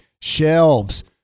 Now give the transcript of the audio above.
shelves